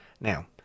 Now